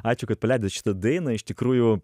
ačiū kad paleidot šitą dainą iš tikrųjų